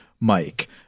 mike